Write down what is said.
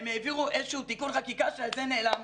הם העבירו איזשהו תיקון חקיקה שזה נעלם,